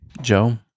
Joe